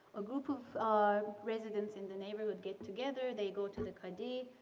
a group of residents in the neighborhood get together, they go to the qadi.